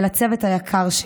ולצוות היקר שלי.